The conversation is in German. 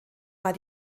war